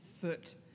foot